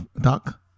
duck